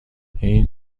این